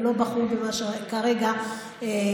ולא בחרו במה שכרגע מתהווה,